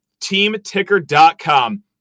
TeamTicker.com